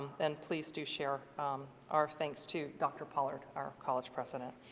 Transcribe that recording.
and please do share our thanks to dr. pollard our college president.